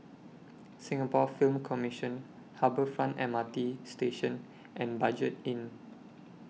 Singapore Film Commission Harbour Front M R T Station and Budget Inn